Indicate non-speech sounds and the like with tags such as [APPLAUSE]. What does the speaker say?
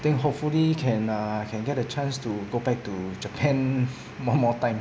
think hopefully can err can get a chance to go back to japan [BREATH] one more time